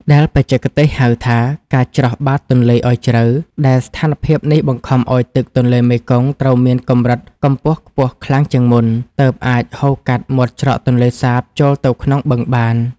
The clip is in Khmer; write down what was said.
ដែលបច្ចេកទេសហៅថា ការច្រោះបាតទន្លេឱ្យជ្រៅ ដែលស្ថានភាពនេះបង្ខំឱ្យទឹកទន្លេមេគង្គត្រូវមានកម្រិតកម្ពស់ខ្ពស់ខ្លាំងជាងមុន ទើបអាចហូរកាត់មាត់ច្រកទន្លេសាបចូលទៅក្នុងបឹងបាន។